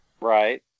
Right